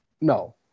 no